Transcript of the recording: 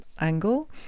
angle